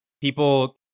people